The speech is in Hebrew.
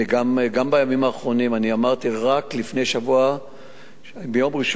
גם בימים האחרונים אמרתי, רק ביום ראשון,